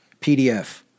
PDF